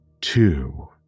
Two